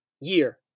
year